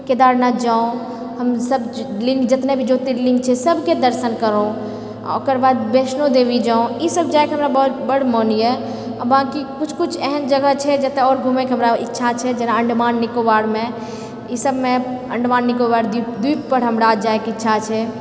केदारनाथ जाउ हम लिङ्ग जेतना भी ज्योतिर्लिंग छै सबके दर्शन करू ओकर बाद वैष्णोदेवी जाउ ई सब जाएके हमरा बड़ मन यऽ बाँकि किछु किछु एहन जगह छै जतऽ आओर हमरा घूमे के इच्छा छै जेना अंडमान निकोबारमे ई सबमे अंडमान निकोबार द्वीप पर हमरा जाएके इच्छा छै